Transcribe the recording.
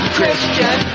Christian